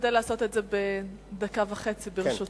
תשתדל לעשות את זה בדקה וחצי, ברשותך.